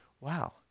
wow